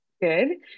good